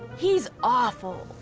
he's awful.